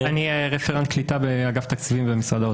אני רפרנט קליטה באגף תקציבים במשרד האוצר.